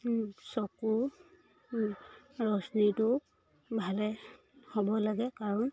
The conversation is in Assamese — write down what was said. চকু ৰশ্মিটো ভালে হ'ব লাগে কাৰণ